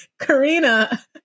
Karina